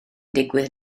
digwydd